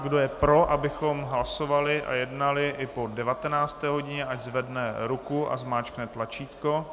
Kdo je pro, abychom hlasovali a jednali i po 19. hodině, ať zvedne ruku a zmáčkne tlačítko.